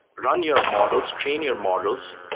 run your models, train your models,